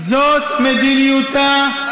זאת מדיניותה של